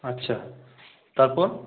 আচ্ছা তারপর